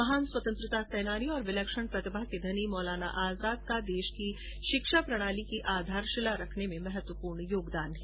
महान स्वतंत्रता सेनानी और विलक्षण प्रतिभा के धनी मौलाना अबुल कलाम आजाद का देश की शिक्षा प्रणाली की आधारशिला रखने में महत्वपूर्ण योगदान है